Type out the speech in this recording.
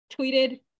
tweeted